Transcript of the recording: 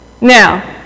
now